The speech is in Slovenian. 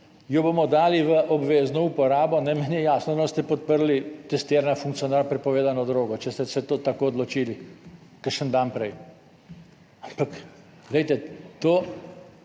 jo bomo dali v obvezno uporabo, meni je jasno, da ne boste podprli testirana funkcionar prepovedano drogo, če ste se tako odločili kakšen dan prej. Ampak glejte, to